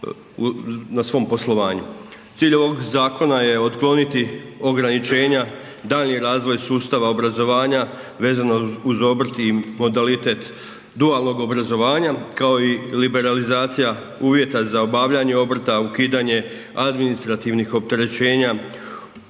na svom poslovanju. Cilj ovog zakona otkloniti ograničenja daljnji razvoj sustava obrazovanja vezano uz obrt i modalitet dualnog obrazovanja kao i liberalizacija uvjeta za obavljanje obrta, ukidanje administrativnih opterećenja,